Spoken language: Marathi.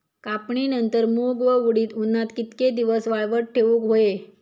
कापणीनंतर मूग व उडीद उन्हात कितके दिवस वाळवत ठेवूक व्हये?